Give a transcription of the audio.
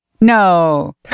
No